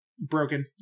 Broken